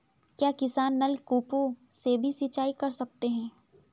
क्या किसान नल कूपों से भी सिंचाई कर सकते हैं?